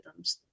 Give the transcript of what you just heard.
algorithms